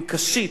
עם קשית,